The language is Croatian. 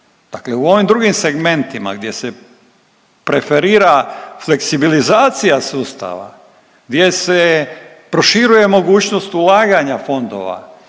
Dakle u ovim drugim segmentima gdje se preferira fleksibilizacija sustava, gdje se proširuje mogućnost ulaganja fondova,